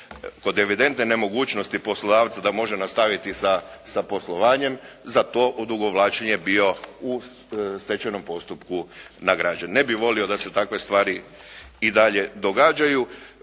kod evidentne nemogućnosti poslodavca da može nastaviti sa poslovanjem za to odugovlačenje bio u stečajnom postupku nagrađen. Ne bih volio da se takve stvari i dalje događaju.